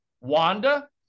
Wanda